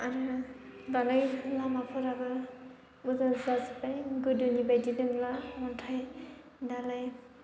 आरो दालाय लामाफोराबो मोजां जाजोबबाय गोदोनि बादि नंला अन्थाइ दालाय